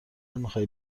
میخای